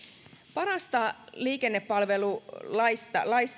parasta liikennepalvelulaissa